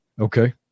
Okay